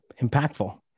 impactful